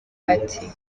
ati